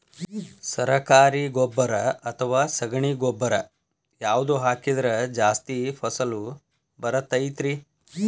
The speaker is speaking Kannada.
ಸರಕಾರಿ ಗೊಬ್ಬರ ಅಥವಾ ಸಗಣಿ ಗೊಬ್ಬರ ಯಾವ್ದು ಹಾಕಿದ್ರ ಜಾಸ್ತಿ ಫಸಲು ಬರತೈತ್ರಿ?